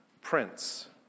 Prince